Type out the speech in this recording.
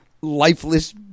lifeless